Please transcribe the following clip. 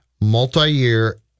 multi-year